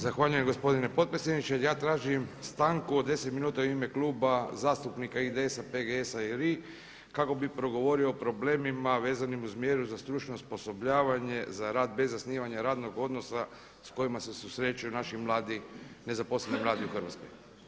Zahvaljujem gospodine potpredsjedniče, ja tražim stanku od 10 minuta u ime Kluba zastupnika IDS-a, PGS-a i RI kako bi progovorio o problemima vezanim uz mjeru za stručno osposobljavanje za rad bez zasnivanja radnog odnosa sa kojima se susreću naši mladi, nezaposleni mladi u Hrvatskoj.